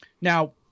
Now